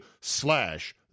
slash